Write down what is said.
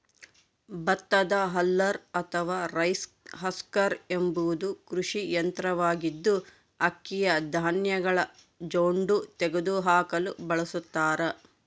ಭತ್ತದ ಹಲ್ಲರ್ ಅಥವಾ rice husker ಎಂಬುದು ಕೃಷಿ ಯಂತ್ರವಾಗಿದ್ದು, ಅಕ್ಕಿಯ ಧಾನ್ಯಗಳ ಜೊಂಡು ತೆಗೆದುಹಾಕಲು ಬಳಸತಾರ